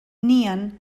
nien